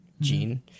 Gene